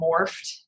morphed